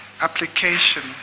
application